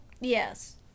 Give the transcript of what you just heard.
Yes